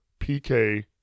PK